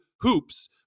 hoops